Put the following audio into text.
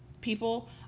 people